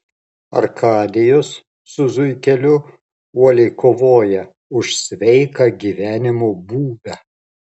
arkadijus su zuikeliu uoliai kovoja už sveiką gyvenimo būdą